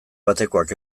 batekoak